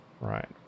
right